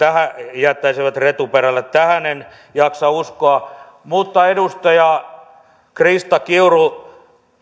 jättäisivät retuperälle tähän en jaksa uskoa edustaja krista kiuru